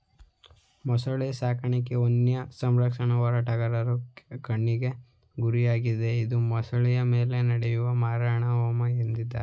ಮೊಸಳೆ ಸಾಕಾಣಿಕೆ ವನ್ಯಸಂರಕ್ಷಣಾ ಹೋರಾಟಗಾರರ ಕೆಂಗಣ್ಣಿಗೆ ಗುರಿಯಾಗಿದೆ ಇದು ಮೊಸಳೆಗಳ ಮೇಲೆ ನಡೆಯುವ ಮಾರಣಹೋಮ ಎಂದಿದ್ದಾರೆ